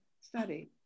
study